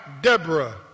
Deborah